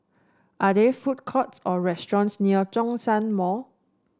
are there food courts or restaurants near Zhongshan Mall